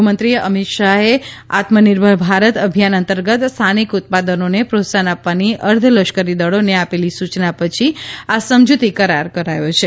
ગૃહમંત્રી અમિત શાહે આત્મનિર્ભર ભારત અભિયાન અંતર્ગત સ્થાનિક ઉત્પાદનોને પ્રોત્સાહન આપવાની અર્ધલશ્કરી દળોને આપેલી સૂચના પછી આ સમજૂતી કરાર થયો છે